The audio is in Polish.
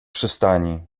przystani